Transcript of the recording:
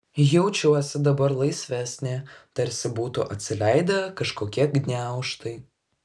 jaučiuosi dabar laisvesnė tarsi būtų atsileidę kažkokie gniaužtai